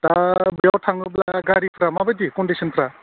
दा बेयाव थाङोब्ला गारिफ्रा माबायदि कनडिसनफ्रा